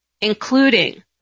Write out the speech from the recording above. including